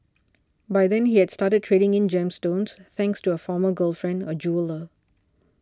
by then he had started trading in gemstones thanks to a former girlfriend a jeweller